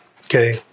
Okay